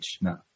No